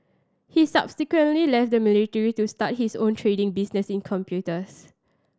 he subsequently left the military to start his own trading business in computers